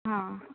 हां